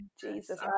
Jesus